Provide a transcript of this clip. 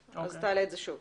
תעלה את זה שוב.